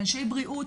לאנשי בריאות.